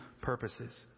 purposes